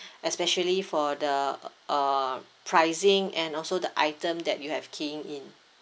especially for the uh pricing and also the item that you have keying in